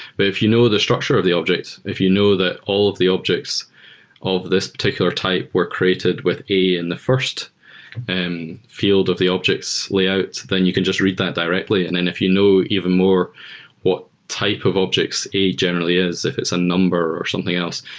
but if you know the structure of the objects, if you know that all of the objects of this particular type were created with a in the first and field of the objects lay out, then you can just read that directly. and then if you know even more what type of objects a generally is, if it's a number or something else,